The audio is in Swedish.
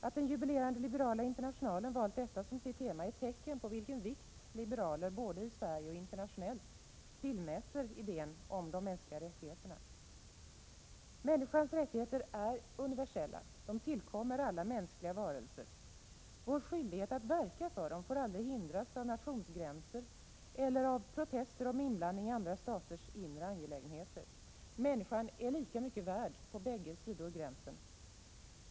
Att jubilerande Liberala internationalen valt detta som sitt tema är ett tecken på vilken vikt liberaler både i Sverige och internationellt tillmäter idén om de mänskliga rättigheterna. Människans rättigheter är universella — de tillkommer alla mänskliga varelser. Vår skyldighet att verka för dem får aldrig hindras av nationsgränser eller av protester om inblandning i andra staters inre angelägenheter. Människan är lika mycket värd på bägge sidor gränsen.